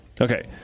Okay